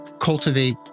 cultivate